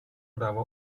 právo